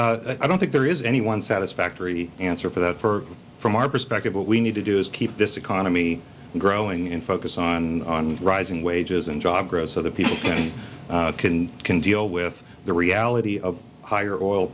i don't think there is any one satisfactory answer for that for from our perspective what we need to do is keep this economy growing and focus on rising wages and job growth so that people can can deal with the reality of higher oil